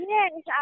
Yes